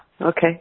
Okay